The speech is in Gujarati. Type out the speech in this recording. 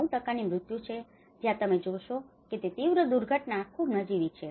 9 ની મૃત્યુ છે જ્યા તમે જોશો કે તે તીવ્ર દુર્ઘટના ખૂબ નજીવી છે